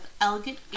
elegant